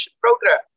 program